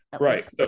Right